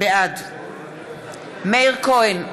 בעד מאיר כהן,